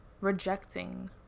rejecting